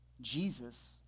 Jesus